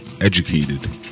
educated